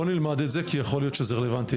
בואו נלמד את זה, כי יכול להיות שזה רלוונטי.